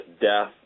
death